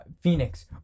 Phoenix